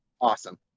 Awesome